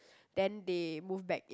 then they move back